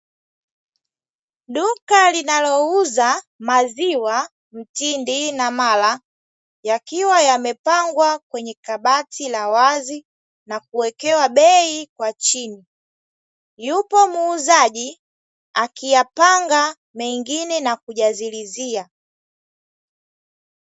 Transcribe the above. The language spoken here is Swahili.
Duka linalouza maziwa mtindi, na mala, yakiwa yamepangwa kwenye kabati la wazi na kuwekewa bei kwa chini. Yupo muuzaji akiyapanga mengine na kujazilizia.